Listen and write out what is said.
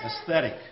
aesthetic